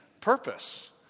purpose